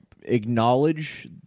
acknowledge